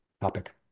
topic